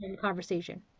conversation